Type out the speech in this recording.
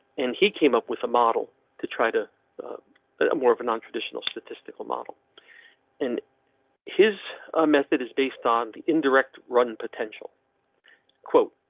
and he came up with a model to try to but more of a non traditional statistical model and his method is based on the. indirect run potential quote.